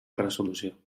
resolució